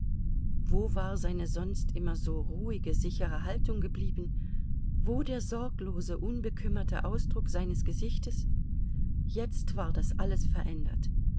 wo war seine sonst immer so ruhige sichere haltung geblieben wo der sorglose unbekümmerte ausdruck seines gesichtes jetzt war das alles verändert